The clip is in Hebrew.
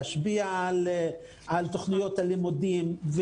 להשפיע על תוכניות הלימודים.